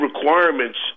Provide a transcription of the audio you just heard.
requirements